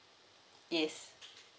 yes